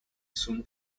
soon